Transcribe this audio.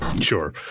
sure